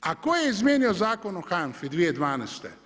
A tko je izmijenio Zakon o HANFA-i 2012.